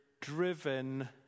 driven